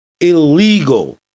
illegal